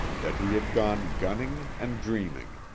that he had gone gunning and dreaming.